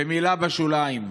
מילה בשוליים: